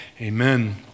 amen